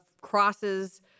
crosses